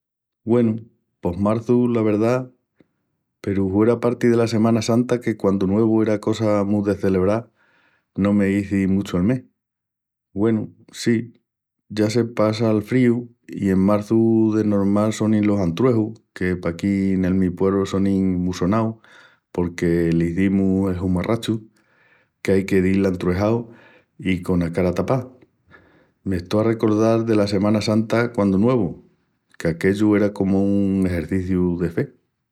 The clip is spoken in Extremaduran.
Güenu, pos marçu, la verdá,... peru hueraparti dela Semana Santa que quandu nuevu era cosa mu de celebral no m'izi muchu el mes. Güenu, sí, ya se passa'l fríu i en marçu de normal sonin los antruejus que paquí nel mi puebru sonin mu sonaus porque l'izimus el Hurramachu, que ai que dil antruejau i cona cara tapá. M'estó a recordal dela Semana Santa quandu nuevu, que aquellu era comu un exerciciu de fe.